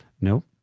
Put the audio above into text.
No